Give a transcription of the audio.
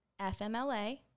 FMLA